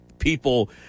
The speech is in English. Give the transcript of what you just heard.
people